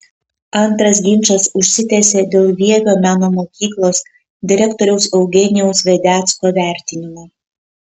antras ginčas užsitęsė dėl vievio meno mokyklos direktoriaus eugenijaus vedecko vertinimo